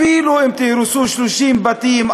אפילו אם תהרסו 30 בתים,